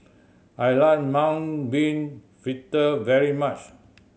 I like mung bean fritter very much